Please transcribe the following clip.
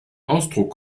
ausdruck